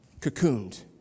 cocooned